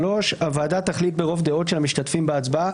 (3)הוועדה תחליט ברוב דעות של המשתתפים בהצבעה,